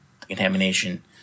contamination